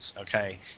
Okay